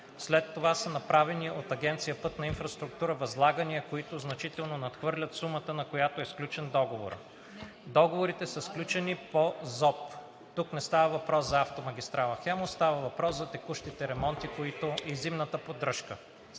след това са направени от Агенция „Пътна инфраструктура“ възлагания, които значително надхвърлят сумата, на която е сключен договорът. Договорите са сключени по ЗОП. Тук не става въпрос за автомагистрала „Хемус“, става въпрос за текущите ремонти и зимната поддръжка